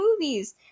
movies